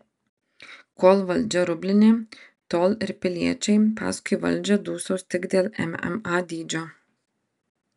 kol valdžia rublinė tol ir piliečiai paskui valdžią dūsaus tik dėl mma dydžio